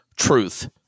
Truth